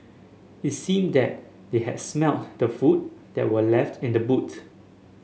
it seemed that they had smelt the food that were left in the boot